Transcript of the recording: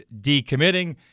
decommitting